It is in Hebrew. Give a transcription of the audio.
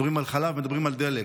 מדברים על חלב, מדברים על דלק.